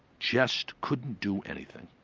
just couldn't do anything.